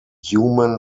human